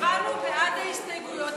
הצבענו בעד ההסתייגויות,